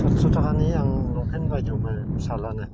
साथस' थाखानि आं लंफेन बायदोंमोन फिसालानो